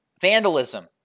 vandalism